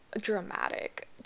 dramatic